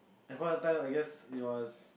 at point of time I guess it was